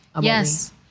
yes